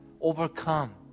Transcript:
overcome